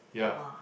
ya